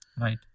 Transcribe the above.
Right